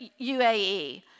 UAE